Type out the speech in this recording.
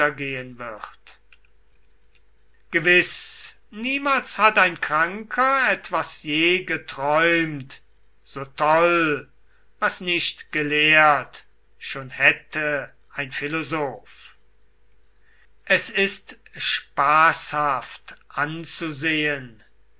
anführt gewiß niemals hat ein kranker etwas je geträumt so toll was nicht gelehrt schon hätte ein philosoph es ist spaßhaft anzusehen